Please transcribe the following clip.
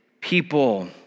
people